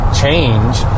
change